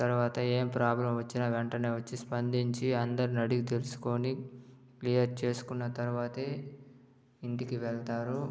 తర్వాత ఏం ప్రాబ్లమ్ వచ్చిన వెంటనే వచ్చి స్పందించి అందర్నీ అడిగి తెలుసుకుని క్లియర్ చేసుకున్న తర్వాతే ఇంటికి వెళతారు